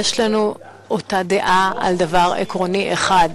יש לנו אותה דעה בדבר עקרוני אחד: